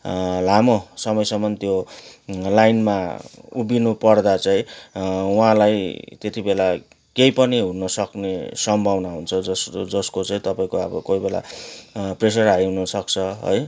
लामो समयसम्म त्यो लाइनमा उभिनु पर्दा चाहिँ उहाँलाई त्यति बेला केही पनि हुन सक्ने सम्भावना हुन्छ जसको चाहिँ तपाईँको अब कोही बेला प्रेसर हाइ हुन सक्छ है